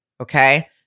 Okay